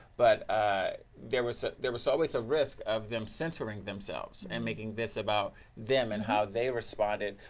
but ah there was there was always a risk of them centering themselves and making this about them, and how they responded,